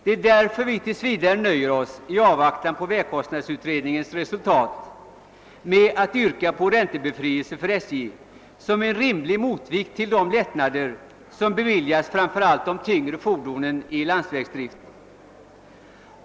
Det är därför vi tills vidare nöjer oss — i avvaktan på vägkostnadsutredningens resultat — med att yrka på räntebefrielse för SJ som en rimlig motvikt till de lättnader, vilka beviljas framför allt de tyngre fordonen i landsvägsdrift.